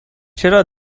چرا